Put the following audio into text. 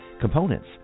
components